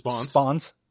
Spawns